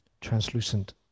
translucent